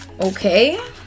okay